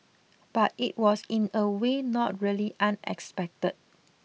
but it was in a way not really unexpected